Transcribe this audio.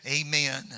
Amen